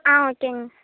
ஆ ஓகேங்க